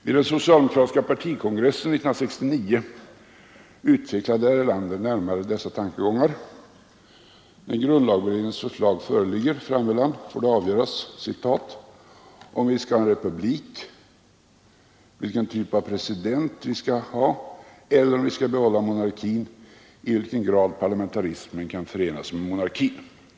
Vid den socialdemokratiska partikongressen 1969 utvecklade herr Erlander närmare dessa tankegångar: När grundlagberedningens förslag föreligger, framhöll han, får det avgöras ”om vi skall ha en republik, vilken typ av president vi skall ha, eller, om vi skall behålla monarkin, i vilken grad parlamentarismen kan förenas med monarkin”.